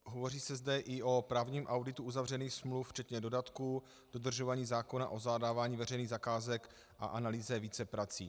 Hovoří se zde i o právním auditu uzavřených smluv včetně dodatků, dodržování zákona o zadávání veřejných zakázek a analýze víceprací.